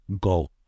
go